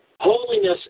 holiness